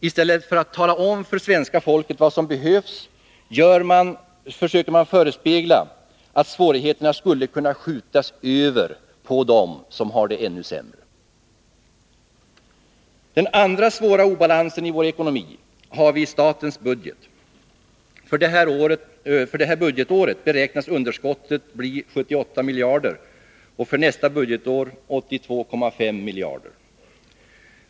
I stället för att tala om för svenska folket vad som behöver göras förespeglar man medborgarna att svårigheterna skulle kunna skjutas över på dem som har det ojämförligt sämre. Den andra svåra obalansen i vår ekonomi har vi i statens budget. För det här budgetåret beräknas underskottet bli 78 miljarder och för nästa budgetår 82,5 miljarder.